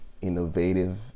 innovative